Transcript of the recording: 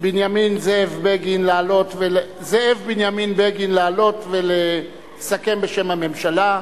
זאב בנימין בגין לעלות ולסכם בשם הממשלה.